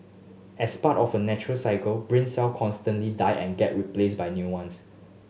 as part of a natural cycle brain cell constantly die and get replaced by new ones